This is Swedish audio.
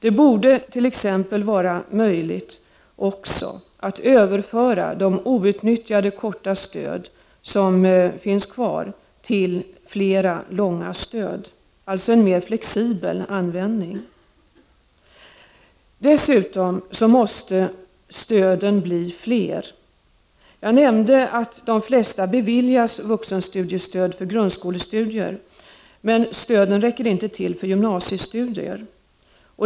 Det borde till exempel vara möjligt med en mer flexibel användning så att man kan överföra outnyttjade korta stöd till flera långa stöd. Stöden måste dessutom bli fler. Jag nämnde att de flesta beviljas vuxenstudiestöd för grundskolestudier, men att stöden inte räcker till för gymnasiestudier.